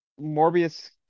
Morbius